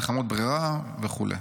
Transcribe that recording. מלחמות ברירה וכו'.